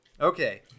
okay